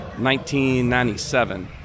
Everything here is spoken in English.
1997